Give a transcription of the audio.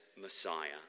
Messiah